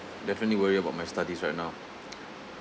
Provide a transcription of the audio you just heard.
definitely worry about my studies right now